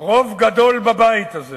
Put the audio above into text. רוב גדול בבית הזה